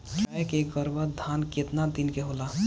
गाय के गरभाधान केतना दिन के होला?